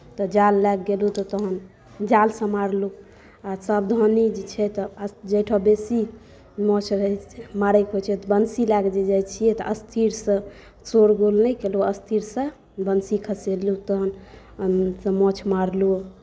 तऽ जाल लए कऽ गेलहुँ तखन जालसँ मारलहुँ आ सावधानी जे छै तऽ जाहि ठाम बेसी माछ रहैत छै मारैके होइत छै तऽ वंशी लए कऽ जे जाइत छियै तऽ स्थिरसँ शोरगुल नहि केलहुँ स्थिरसँ वंशी खसेलहुँ तखन हमसभ माछ मारलहुँ